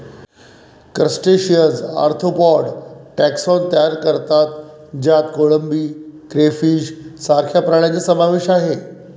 crustaceans arthropod taxon तयार करतात ज्यात कोळंबी, क्रेफिश सारख्या प्राण्यांचा समावेश आहे